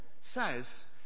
says